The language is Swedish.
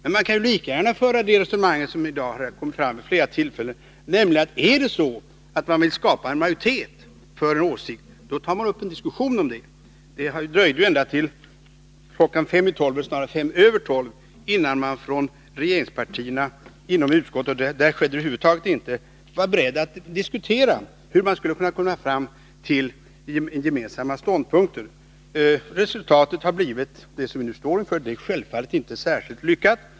Men man kan lika gärna föra det resonemang som i dag har kommit fram vid flera tillfällen, nämligen att man, om man vill skapa en majoritet för en åsikt, tar upp en diskussion härom. Det dröjde ändå till fem minuter i tolv — eller snarare till fem minuter över tolv — innan regeringspartierna var beredda att diskutera hur man skulle kunna komma fram till en gemensam ståndpunkt. Inom utskottet skedde över huvud taget ingenting. Resultatet har blivit vad vi nu står inför. Det är självfallet inte särskilt lyckat.